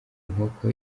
inkoko